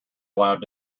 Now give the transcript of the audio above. allowed